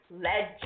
Legend